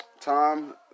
Tom